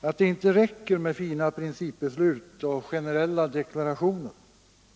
att det inte räcker med fina principbeslut och generella deklarationer.